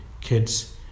kids